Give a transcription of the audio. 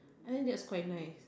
I think that's quite nice